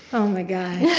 oh, my gosh.